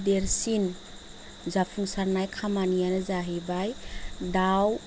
देरसिन जाफुंसारनाय खामानियानो जाहैबाय दाउ